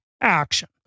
action